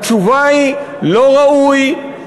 התשובה היא: לא ראוי,